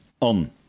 on